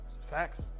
Facts